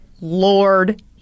lord